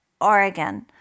Oregon